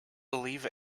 believe